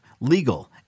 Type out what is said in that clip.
legal